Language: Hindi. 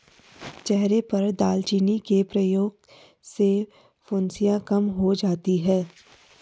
चेहरे पर दालचीनी के प्रयोग से फुंसियाँ कम हो जाती हैं